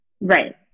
right